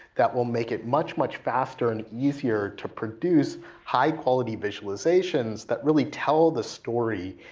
that will make it much, much faster and easier to produce high quality visualizations, that really tell the story,